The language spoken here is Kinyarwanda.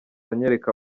anyereka